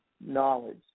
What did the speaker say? knowledge